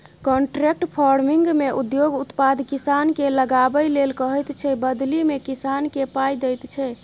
contract फार्मिंगमे उद्योग उत्पाद किसानकेँ लगाबै लेल कहैत छै बदलीमे किसानकेँ पाइ दैत छै